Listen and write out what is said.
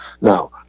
Now